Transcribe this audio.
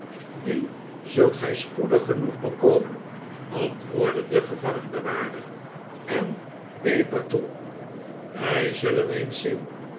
die zult gij spoedig genoeg bekomen antwoordde de gevangenbewaarder en peper toe wij zullen eens zien